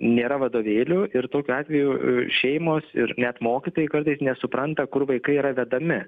nėra vadovėlių ir tokiu atveju šeimos ir net mokytojai kartais nesupranta kur vaikai yra vedami